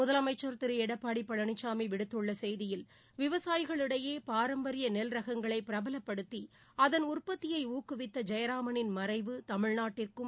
முதலமைச்சர் திரு எடப்பாடி பழனிசாமி விடுத்துள்ள செய்தியில் விவசாயிகளிடையே பாரம்பரிய நெல் ரகங்களை பிரபலப்படுத்தி அதன் உற்பத்தியை ஊக்குவித்த ஜெராமனின் மறைவு தமிழ்நாட்டிற்கும்